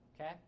okay